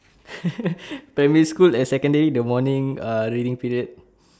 primary school and secondary the morning ah reading period